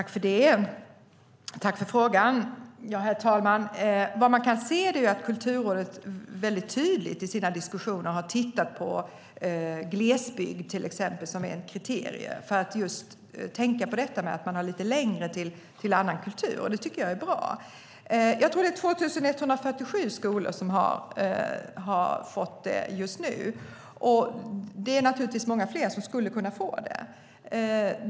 Herr talman! Vi kan se att Kulturrådet mycket noggrant har tittat på till exempel glesbygd som ett kriterium just för att de har lite längre till annan kultur. Det tycker jag är bra. Jag tror att det för närvarande är 2 147 skolor som fått bidrag, och det finns naturligtvis många fler som skulle kunna få det.